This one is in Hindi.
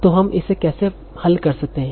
तो हम इसे कैसे हल करते हैं